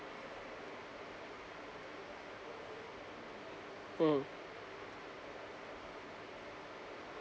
mmhmm